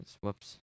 Whoops